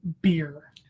beer